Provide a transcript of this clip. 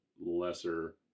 lesser